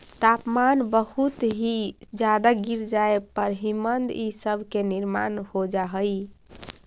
तापमान बहुत ही ज्यादा गिर जाए पर हिमनद इ सब के निर्माण हो जा हई